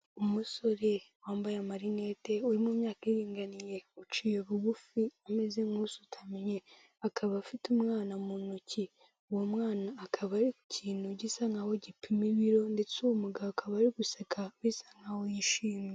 Umusore wambaye marinete uri mu myaka iringaniye, uciye bugufi umeze nk'usutamye akaba afite umwana mu ntoki, uwo mwana akaba ari ku kintu gisa nk'aho gipima ibiro ndetse uwo mugabo akaba ari guseka bisa nk'aho yishimye.